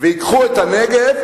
וייקחו את הנגב,